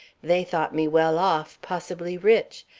they thought me well off, possibly rich,